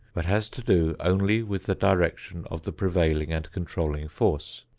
but has to do only with the direction of the prevailing and controlling force.